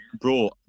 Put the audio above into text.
bro